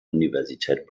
universität